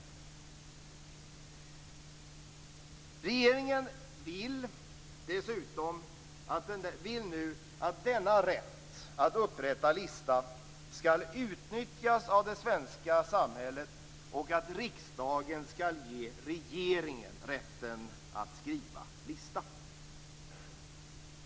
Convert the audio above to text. Regeringen vill nu att denna rätt att upprätta lista skall utnyttjas av det svenska samhället och att riksdagen skall ge regeringen rätten att skriva sådan lista.